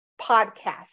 podcast